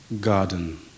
garden